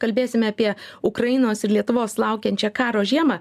kalbėsime apie ukrainos ir lietuvos laukiančią karo žiemą